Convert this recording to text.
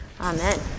Amen